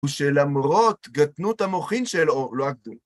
ושלמרות קטנות המוחין שלו, לא